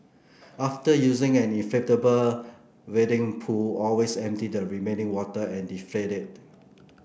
after using an inflatable wading pool always empty the remaining water and deflate it